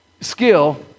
skill